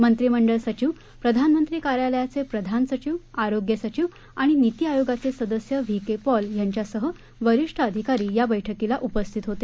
मंत्रीमंडळ सचिव प्रधानमंत्री कार्यालयाचे प्रधान सचिव आरोग्य सचिव आणि नीतीआयोगाचे सदस्य व्ही के पॉल यांच्यासह वरीष्ठ अधिकारी या बैठकीला उपस्थित होते